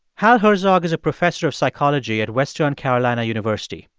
hal herzog is a professor of psychology at western carolina university.